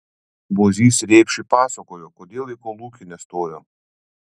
bozys rėpšui pasakojo kodėl į kolūkį nestojo